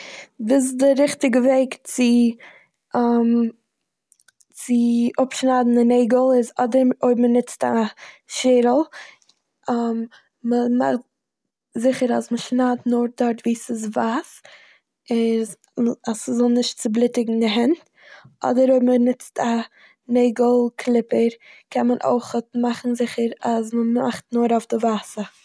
וואס די ריכטיגע וועג צו צו אפשניידן די נעגל איז אדער אויב מ'נוצט א שערל מ'מאכט זיכער אז מ'שניידט נאר וואו ס'איז ווייס איז- אז ס'זאל נישט צובליטיגן די הענט, אדער אויב מ'נוצט א נעגל קליפער קען מען אויכעט מאכן זיכער אז מ'מאכט נאר אויף די ווייסע.